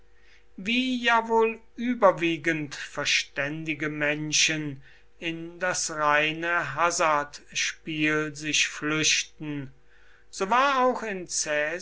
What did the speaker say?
wie ja wohl überwiegend verständige menschen in das reine hasardspiel sich flüchten so war auch in